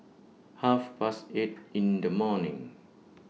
Half Past eight in The morning